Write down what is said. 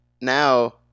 now